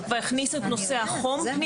כבר הכניסו פנימה את נושא החום.